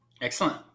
Excellent